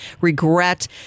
regret